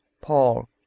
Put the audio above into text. Paul